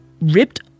ripped